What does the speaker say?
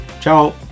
Ciao